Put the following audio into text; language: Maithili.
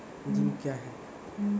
जिंक क्या हैं?